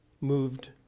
Moved